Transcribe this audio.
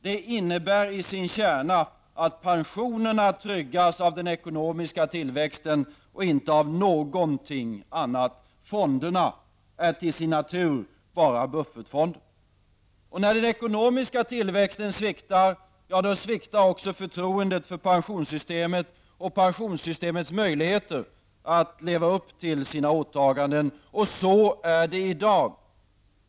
Det innebär i sin kärna att pensionerna tryggas av den ekonomiska tillväxten och inte av någonting annat. Fonderna är till sin natur bara buffertfonder. När den ekonomiska tillväxten sviktar, ja, då sviktar också förtroendet för pensionssystemet och pensionssystemets möjligheter att leva upp till sina åtaganden. Så är det också i dag.